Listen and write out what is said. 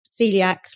celiac